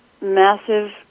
massive